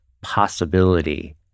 possibility